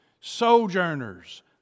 sojourners